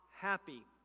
happy